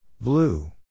Blue